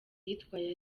yitwaye